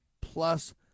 plus